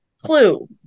clue